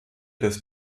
des